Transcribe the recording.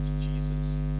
Jesus